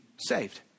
saved